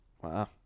Wow